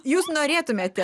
jūs norėtumėte